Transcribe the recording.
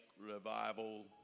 revival